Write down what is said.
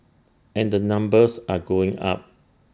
and the numbers are going up